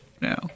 No